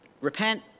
repent